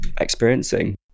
experiencing